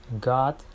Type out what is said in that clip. God